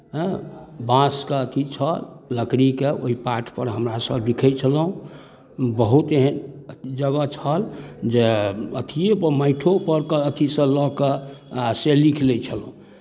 ऐँ बाँसके अथी छल लकड़ीके ओहि पाटपर हमरासभ लिखैत छलहुँ बहुत एहन जगह छल जे अथिएपर माटिओपर कऽ अथीसँ लऽ कऽ आ से लिखि लैत छलहुँ